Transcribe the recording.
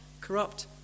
corrupt